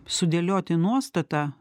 sudėlioti nuostatą